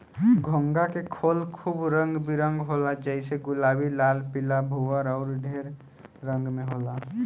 घोंघा के खोल खूब रंग बिरंग होला जइसे गुलाबी, लाल, पीला, भूअर अउर ढेर रंग में होला